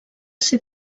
ser